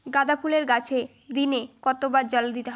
গাদা ফুলের গাছে দিনে কতবার জল দিতে হবে?